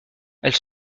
elles